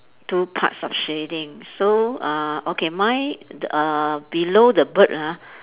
two parts of shading so uh okay mine ‎d~ uh below the bird ah